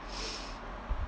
如果我有三个愿望